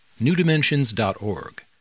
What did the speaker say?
newdimensions.org